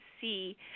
see